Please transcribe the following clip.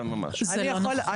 זה לא נכון.